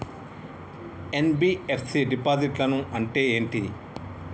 NBFC డిపాజిట్లను అంటే ఏంటి?